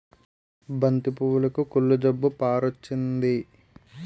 బంతి పువ్వులుకి కుళ్ళు జబ్బు పారొచ్చింది